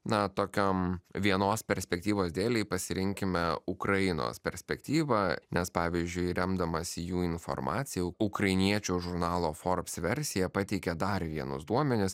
na tokiam vienos perspektyvos dėlei pasirinkime ukrainos perspektyvą nes pavyzdžiui remdamasi jų informacija ukrainiečių žurnalo forbs versija pateikia dar vienus duomenis